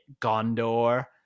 Gondor